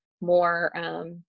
more